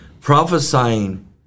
Prophesying